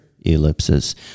ellipses